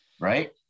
right